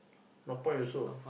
no point also